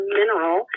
mineral